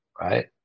right